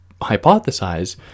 hypothesize